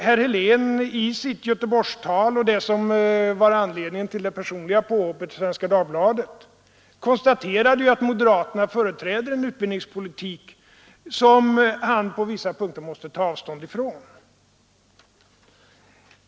Herr Helén konstaterade ju i sitt Göteborgstal, som var anledningen till det personliga påhoppet i Svenska Dagbladet, att moderaterna företräder en utbildningspolitik som han på vissa punkter måste ta avstånd från.